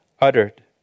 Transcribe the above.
uttered